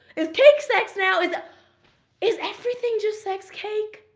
is cake sex now? is is everything just sex? cake?